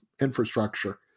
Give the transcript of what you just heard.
infrastructure